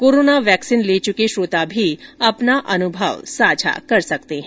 corona vaccine ले चुके श्रोता भी अपना अनुभव साझा कर सकते हैं